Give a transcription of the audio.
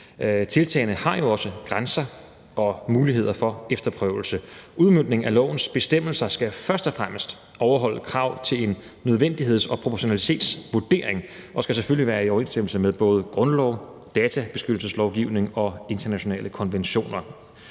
Tiltagene har jo også grænser og muligheder for efterprøvelse. Udmøntningen af lovens bestemmelser skal først og fremmest overholde krav til en nødvendigheds- og proportionalitetsvurdering og skal selvfølgelig være i overensstemmelse med både grundlov, databeskyttelseslovgivning og internationale konventioner.